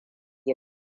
yi